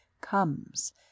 comes